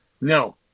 No